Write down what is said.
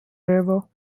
river